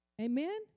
Amen